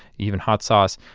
even hot sauce.